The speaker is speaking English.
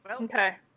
okay